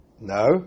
No